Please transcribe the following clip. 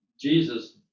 Jesus